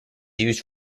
used